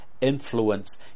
influence